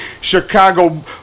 Chicago